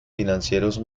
financieros